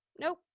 nope